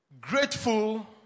Grateful